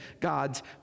God's